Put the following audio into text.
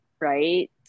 Right